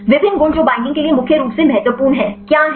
विभिन्न गुण जो बैईंडिंग के लिए मुख्य रूप से महत्वपूर्ण हैं क्या हैं